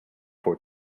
for